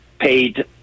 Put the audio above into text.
paid